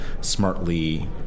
smartly